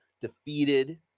defeated